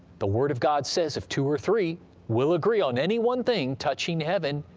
the word of god says if two or three will agree on any one thing touching heaven,